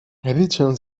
ryczę